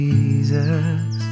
Jesus